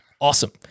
awesome